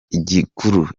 igikuru